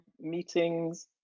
meetings